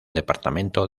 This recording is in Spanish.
departamento